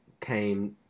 came